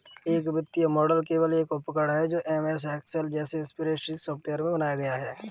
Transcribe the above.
एक वित्तीय मॉडल केवल एक उपकरण है जो एमएस एक्सेल जैसे स्प्रेडशीट सॉफ़्टवेयर में बनाया गया है